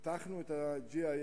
פיתחנו את ה-GIS